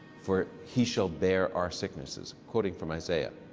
for he shall bear our sicknesses, quoting from isaiah,